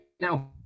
now